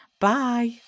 Bye